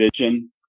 vision